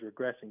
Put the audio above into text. regressing